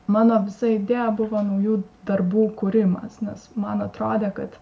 mano visa idėja buvo naujų darbų kūrimas nes man atrodė kad